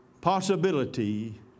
possibility